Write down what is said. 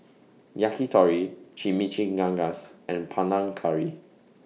Yakitori Chimichangas and Panang Curry